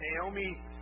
Naomi